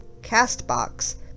CastBox